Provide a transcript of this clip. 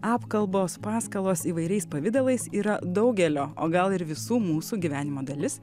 apkalbos paskalos įvairiais pavidalais yra daugelio o gal ir visų mūsų gyvenimo dalis